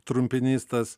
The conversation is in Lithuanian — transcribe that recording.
trumpinys tas